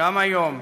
גם היום,